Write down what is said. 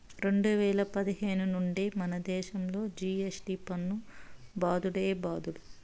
రెండు వేల పదిహేను నుండే మనదేశంలో జి.ఎస్.టి పన్ను బాదుడే బాదుడు